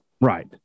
Right